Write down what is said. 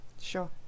Sure